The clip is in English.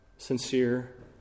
Sincere